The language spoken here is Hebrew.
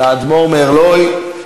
לאדמו"ר מערלוי.